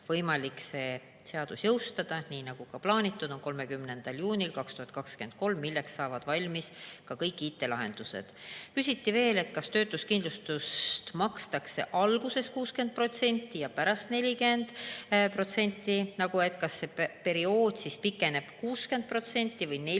võimalik see seadus jõustada nii, nagu plaanitud, 30. juunil 2023. Selleks ajaks saavad valmis ka kõik IT-lahendused. Küsiti veel, [et kuna] töötuskindlustust makstakse alguses 60% ja pärast 40%, [siis] kas see periood pikeneb 60% või 40%